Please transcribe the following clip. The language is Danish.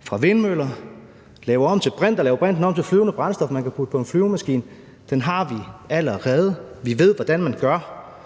fra vindmøller, og laver den om til brint eller flydende brændstof, man kan putte på en flyvemaskine, har vi allerede. Vi ved, hvordan man gør.